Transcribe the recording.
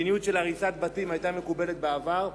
מדיניות של הריסת בתים היתה מקובלת בעבר,